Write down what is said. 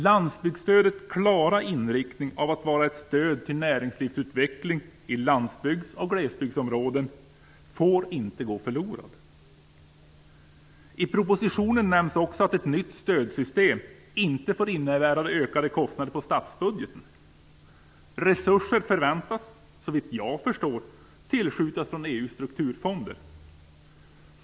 Landsbygdsstödets klara inriktning av att vara ett stöd till näringslivsutveckling i landsbygds och glesbygdsområden får inte gå förlorad. I propositionen nämns också att ett nytt stödsystem inte får innebära ökade kostnader i statsbudgeten. Resurser förväntas, såvitt jag förstår, tillskjutas från EU:s strukturfonder.